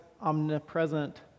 omnipresent